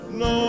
no